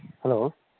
hello